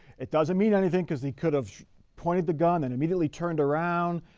it doesn't mean anything because he could have pointed the gun and immediately turned around,